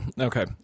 okay